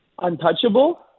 Untouchable